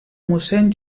mossèn